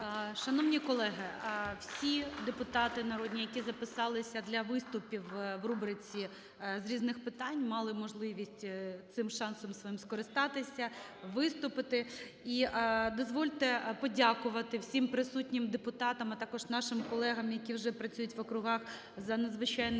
Шановні колеги, всі депутати народні, які записался для виступів в рубриці з різних питань, мали можливість цим шансом своїм скористатися, виступити. І дозвольте подякувати всім присутнім депутатам, а також нашим колегам, які вже працюють в округах, за надзвичайно результативний